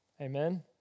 Amen